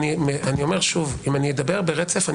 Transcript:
אם אדבר ברצף,